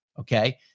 okay